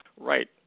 right